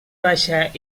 baixa